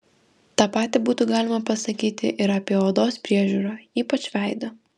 tą patį būtų galima pasakyti ir apie odos priežiūrą ypač veido